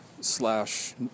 Slash